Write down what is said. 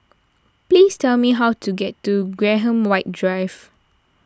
please tell me how to get to Graham White Drive